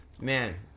Man